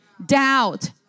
doubt